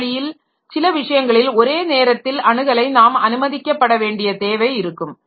இந்த வழியில் சில விஷயங்களில் ஒரே நேரத்தில் அணுகலை நாம் அனுமதிக்கப்பட வேண்டிய தேவை இருக்கும்